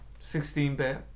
16-bit